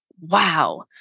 wow